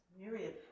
myriad